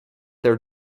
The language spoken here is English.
there